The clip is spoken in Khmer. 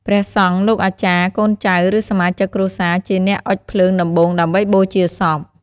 ព្រះសង្ឃ លោកអាចារ្យ កូនចៅ ឬសមាជិកគ្រួសារជាអ្នកអុជភ្លើងដំបូងដើម្បីបូជាសព។